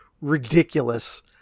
ridiculous